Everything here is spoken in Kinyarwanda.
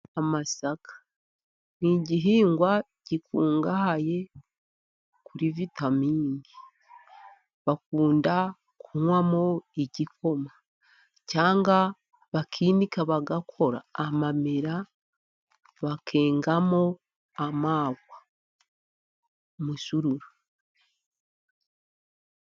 Amasaka ni igihingwa gikungahaye kuri vitamini, bakunda kunywamo igikoma, cyangwa bakinika bagakora amamerara bakengamo amarwa umusururu.